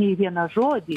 į vieną žodį